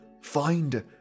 find